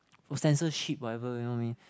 oh censorship whatever you know what I mean